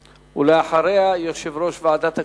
אחריה, יושב-ראש ועדת הכספים,